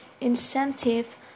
incentive